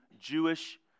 Jewish